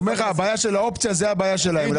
הוא אומר לך שהבעיה של האופציה, היא הבעיה שלהם.